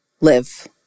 live